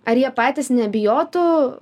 ar jie patys nebijotų